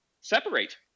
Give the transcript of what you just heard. separate